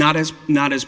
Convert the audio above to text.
not as not as